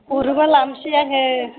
हरोबा लानसै आङो